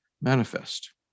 manifest